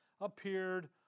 appeared